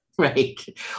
right